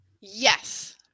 Yes